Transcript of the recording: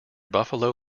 buffalo